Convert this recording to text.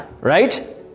right